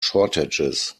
shortages